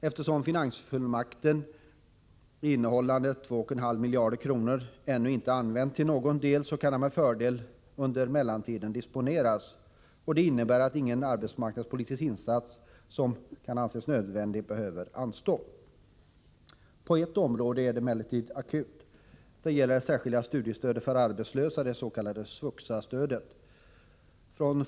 Eftersom finansfullmakten, innehållande 2,5 miljarder kronor, ännu inte är använd till någon del, kan den med fördel disponeras under mellantiden. Det innebär att ingen arbetsmarknadspolitisk insats som kan anses nödvändig behöver anstå. På ett område är emellertid läget akut. Det gäller det särskilda studiestödet för arbetslösa, det s.k. SVUXA.